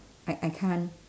I I can't